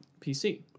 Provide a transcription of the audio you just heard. PC